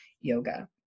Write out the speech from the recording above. yoga